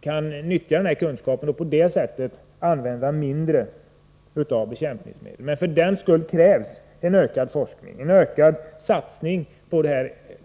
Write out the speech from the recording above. kan man få till stånd en minskad användning av bekämpningsmedlen. Men för den skull krävs det mera forskning och en större satsning på detta område.